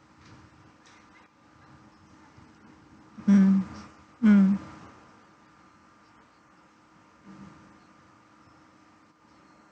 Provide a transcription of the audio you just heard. mm mm